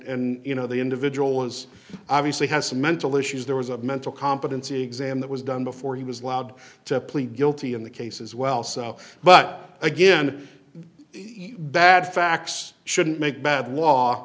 you know the individual was obviously has some mental issues there was a mental competency exam that was done before he was allowed to plead guilty t in the case as well so but again bad facts shouldn't make bad law